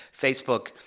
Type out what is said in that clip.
Facebook